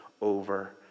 over